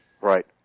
Right